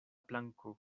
planko